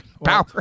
Power